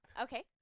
Okay